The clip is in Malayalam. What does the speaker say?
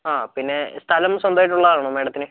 ആ പിന്നെ സ്ഥലം സ്വന്തമായിട്ട് ഉള്ള ആളാണൊ മാഡത്തിന്